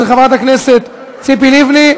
של חברת הכנסת ציפי לבני,